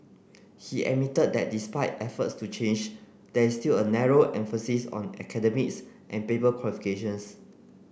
he admitted that despite efforts to change there is still a narrow emphasis on academics and paper qualifications